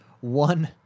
one